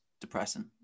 depressing